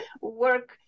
work